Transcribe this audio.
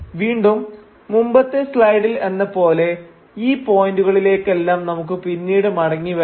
വീണ്ടും മുമ്പത്തെ സ്ലൈഡിൽ എന്നപോലെ ഈ പോയന്റുകളിലേക്കെല്ലാം നമുക്ക് പിന്നീട് മടങ്ങിവരാം